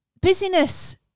busyness